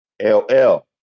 LL